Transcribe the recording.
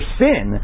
sin